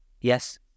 Yes